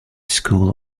school